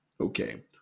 Okay